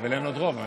אבל אין עוד רוב.